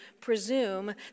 presume